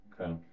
Okay